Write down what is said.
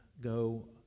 go